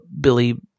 Billy